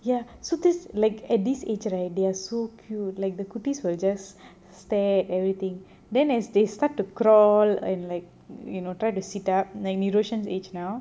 ya so this like at this age right they are so cute like the cooties will just stare everything then as they start to crawl and like you know try to sit up like niroshan age now